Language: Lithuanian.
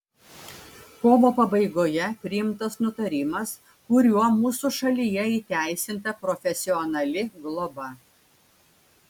kovo pabaigoje priimtas nutarimas kuriuo mūsų šalyje įteisinta profesionali globa